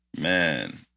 Man